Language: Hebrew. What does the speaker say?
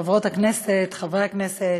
חברות הכנסת, חברי הכנסת,